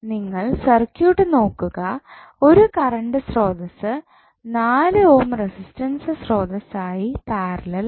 നിങ്ങൾ സർക്യൂട്ട് നോക്കുക ഒരു കറണ്ട് സ്രോതസ്സ് 4 ഓം റെസിസ്റ്റൻസ് സ്രോതസ്സായി പാരലൽ ആണ്